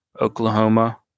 Oklahoma